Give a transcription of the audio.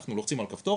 אנחנו לוחצים על כפתור,